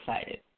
excited